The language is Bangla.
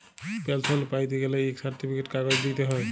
পেলসল প্যাইতে গ্যালে ইক সার্টিফিকেট কাগজ দিইতে হ্যয়